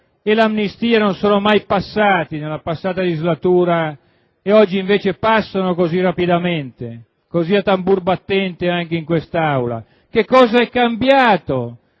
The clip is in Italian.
e l'amnistia non sono mai passati nella scorsa legislatura e oggi invece passano così rapidamente, così a tamburo battente anche in quest'Aula? Cos'è cambiato